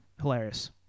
hilarious